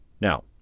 Now